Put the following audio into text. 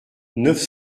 neuf